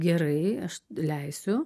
gerai aš leisiu